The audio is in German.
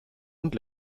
und